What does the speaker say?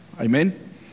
Amen